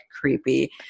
creepy